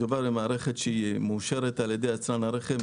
מדובר במערכת שמאושרת על ידי יצרן הרכב.